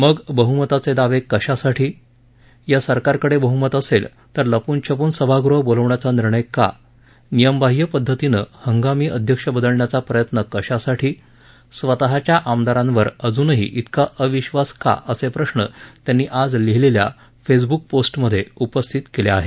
मग बहमताचे दावे कशासाठी या सरकारकडे बहमत असेल तर लपून छपून सभागृह बोलावण्याचा निर्णय का नियमबाह्य पदधतीनं हंगामी अध्यक्ष बदलण्याचा प्रयत्न कशासाठी स्वतःच्या आमदारांवर अजूनही इतका अविश्वास का असे प्रश्न त्यांनी आज लिहिलेल्या फेसबूक पोष्टमधे उपस्थित केले आहेत